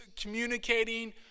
communicating